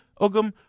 ogum